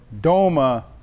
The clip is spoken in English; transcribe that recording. doma